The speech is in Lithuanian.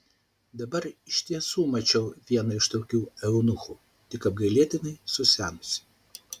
dabar iš tiesų mačiau vieną iš tokių eunuchų tik apgailėtinai susenusį